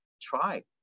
try